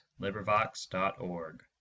LibriVox.org